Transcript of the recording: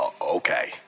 Okay